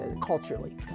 culturally